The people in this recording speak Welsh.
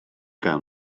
gael